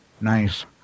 Nice